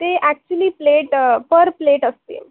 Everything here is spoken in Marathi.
ते ॲक्च्युली प्लेट पर प्लेट असते